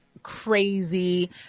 crazy